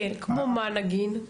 כמו מה, נגיד?